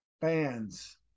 fans